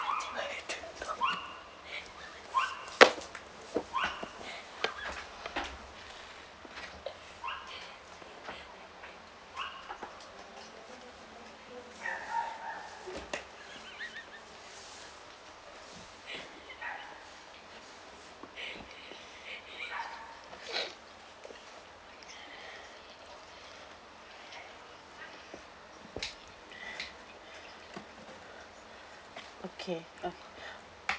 okay